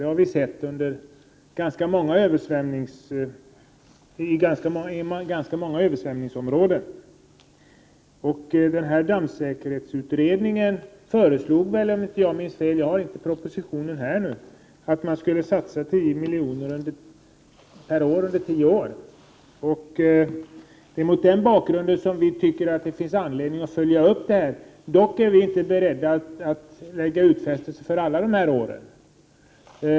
Det har vi sett i ganska många översvämningsområden. Dammsäkerhetsutredningen föreslog om jag inte minns fel — jag har inte propositionen med mig — att man skulle satsa 10 milj.kr. per år under tio år. Det är mot den bakgrunden som vi tycker att det finns anledning att följa upp denna fråga. Vi är dock inte beredda att göra denna utfästelse för alla dessa år.